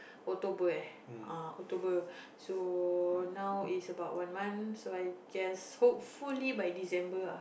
October eh October so now it's about one month so I guess hopefully by December ah